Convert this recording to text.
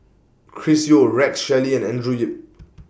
Chris Yeo Rex Shelley and Andrew Yip